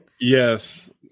Yes